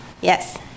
Yes